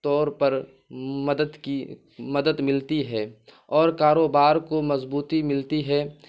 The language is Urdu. طور پر مدد کی مدد ملتی ہے اور کاروبار کو مضبوطی ملتی ہے